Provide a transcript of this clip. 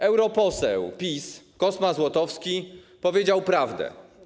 Europoseł PiS Kosma Złotowski powiedział prawdę.